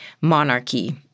monarchy